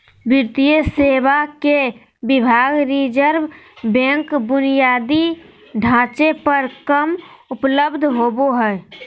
वित्तीय सेवा के विभाग रिज़र्व बैंक बुनियादी ढांचे पर कम उपलब्ध होबो हइ